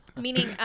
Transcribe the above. Meaning